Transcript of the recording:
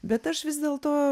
bet aš vis dėlto